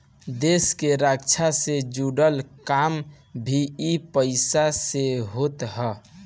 देस के रक्षा से जुड़ल काम भी इ पईसा से होत हअ